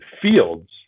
fields